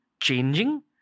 changing